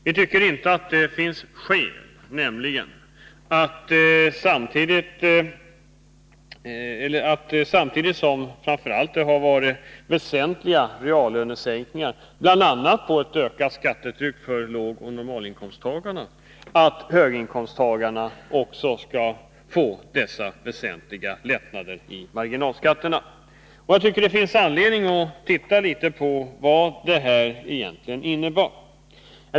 Vi tycker nämligen inte att det finns skäl att höginkomsttagarna också skall få dessa väsentliga lättnader i marginalskatterna, samtidigt som det framför allt har gjorts väsentliga reallönesänkningar och bl.a. blivit ett ökat skattetryck för lågoch normalinkomsttagarna. Det finns anledning att titta litet på vad detta egentligen innebär.